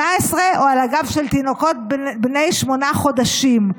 או על הגב של תינוקות בני שמונה חודשים,